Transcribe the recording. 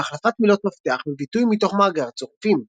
והחלפת מילות מפתח בביטוי מתוך מאגר צירופים.